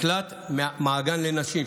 מקלט מעגן לנשים,